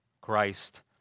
Christ